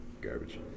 Garbage